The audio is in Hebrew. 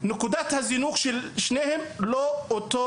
נקודת הזינוק שלהם היא שונה.